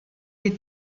des